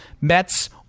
Mets